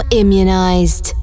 immunized